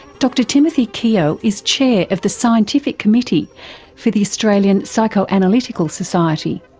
dr timothy keogh is chair of the scientific committee for the australian psychoanalytical society.